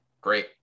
great